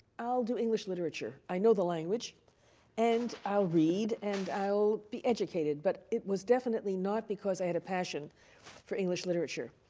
i'll do english literature. i know the language and i read, and i'll be educated. but it was definitely not because i had a passion for english literature.